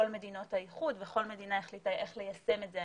מדינות האיחוד וכל מדינה החליטה איך ליישם את זה,